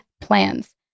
PLANS